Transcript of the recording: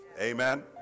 Amen